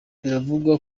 biravugwa